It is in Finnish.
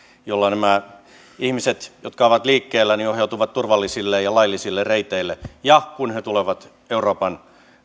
nämä ihmiset jotka ovat liikkeellä ohjautuvat turvallisille ja ja laillisille reiteille ja kun he tulevat euroopan